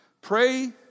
pray